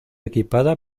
equipada